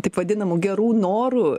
taip vadinamų gerų norų